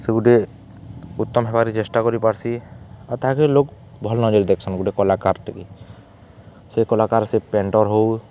ସେ ଗୁଟେ ଉତ୍ତମ୍ ହେବାକେ ଚେଷ୍ଟା କରିପାର୍ସି ଆଉ ତାହାକେ ଲୋକ୍ ଭଲ୍ ନଜର୍ ଦେଖ୍ସନ୍ ଗୁଟେ କଲାକାର୍ଟେ କେ ସେ କଲାକାର୍ ସେ ପେଣ୍ଟର୍ ହଉ